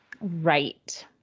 Right